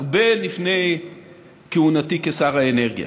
הרבה לפני כהונתי כשר האנרגיה,